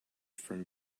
from